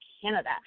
Canada